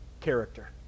character